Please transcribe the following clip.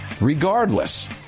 Regardless